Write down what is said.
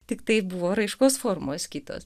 tiktai buvo raiškos formos kitos